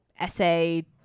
essay